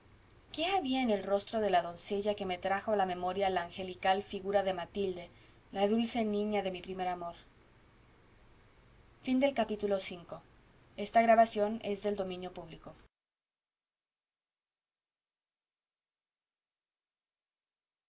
qué había en el rostro de la doncella que me trajo a la memoria la angelical figura de matilde la dulce niña de mi primer amor vi villaverde